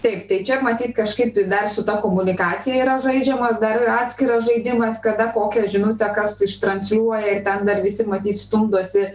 taip tai čia matyt kažkaip dar su ta komunikacija yra žaidžiamas dar atskiras žaidimas kada kokią žinutę kas ištransliuoja ir ten dar visi matyt stumdosi